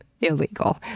illegal